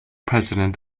president